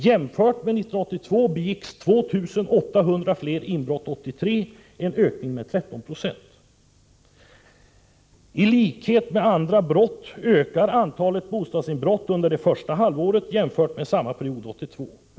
Jämfört med 1982 begicks 2 800 fler brott 1983 — en ökning med 13 96. I likhet med andra brott ökar antalet bostadsinbrott under det första halvåret jämfört med samma period 1982.